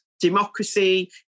democracy